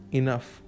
enough